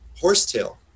horsetail